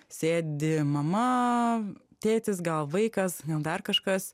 sėdi mama tėtis gal vaikas dar kažkas